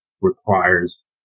requires